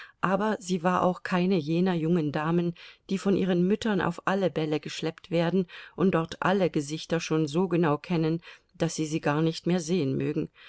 aber sie war auch keine jener jungen damen die von ihren müttern auf alle bälle geschleppt werden und dort alle gesichter schon so genau kennen daß sie sie gar nicht mehr sehen mögen